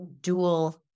dual